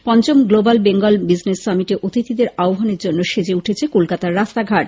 পঞ্চম global Bengal business সামিটে অতিথিদের আহ্বানের জন্য সেজে উঠেছে কলকাতার রাস্তাঘাট